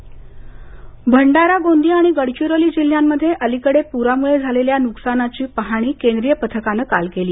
पूर पाहाणी भंडारा गोंदिया आणि गडचिरोली जिल्ह्यांमध्ये अलिकडे पुरामुळे झालेल्या नुकसानाची पाहणी केंद्रीय पथकानं काल केली